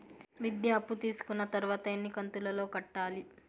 విద్య అప్పు తీసుకున్న తర్వాత ఎన్ని కంతుల లో కట్టాలి?